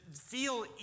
feel